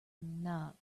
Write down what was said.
not